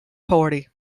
party